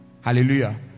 Hallelujah